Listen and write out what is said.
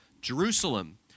Jerusalem